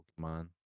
Pokemon